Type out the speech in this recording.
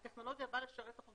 הטכנולוגיה באה לשרת אותנו.